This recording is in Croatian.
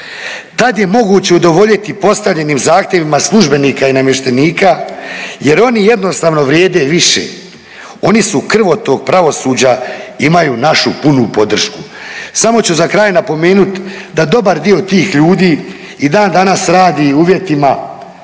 tad je moguće udovoljiti postavljenim zahtjevima službenika i namještenika jer oni jednostavno vrijede više. Oni su krvotok pravosuđa i imaju našu punu podršku. Samo ću za kraj napomenut da dobar dio tih ljudi i dan danas radi i u uvjetima